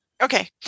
Okay